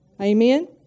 Amen